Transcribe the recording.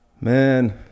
Man